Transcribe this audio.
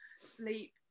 sleep